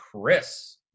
Chris